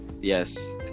yes